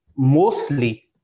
Mostly